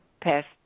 past